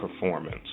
performance